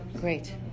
Great